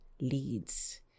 leads